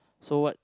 so what